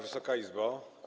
Wysoka Izbo!